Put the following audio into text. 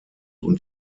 und